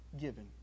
given